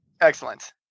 Excellent